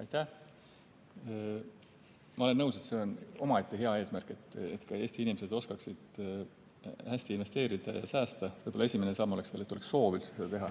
Aitäh! Ma olen nõus, et see on omaette hea eesmärk, et Eesti inimesed oskaksid hästi investeerida ja säästa. Võib-olla esimene samm oleks veel, et oleks soov seda teha.